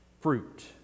fruit